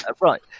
Right